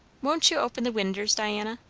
won't you open the winders, diana.